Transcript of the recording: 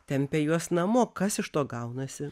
tempia juos namo kas iš to gaunasi